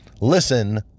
Listen